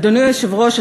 אדוני היושב-ראש,